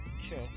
Sure